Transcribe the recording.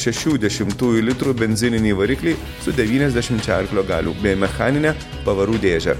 šešių dešimtųjų litrų benzininį variklį su devyniasdešimčia arklio galių bei mechanine pavarų dėže